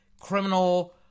criminal